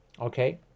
Okay